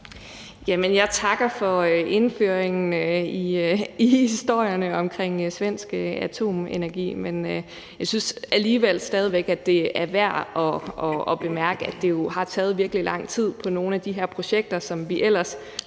Jeg takker for indføringen i historierne omkring svensk atomenergi, men jeg synes stadig væk, at det er værd at bemærke, at det jo har taget virkelig lang tid med nogle af de her projekter, som vi ellers